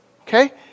Okay